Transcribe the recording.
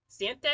Siente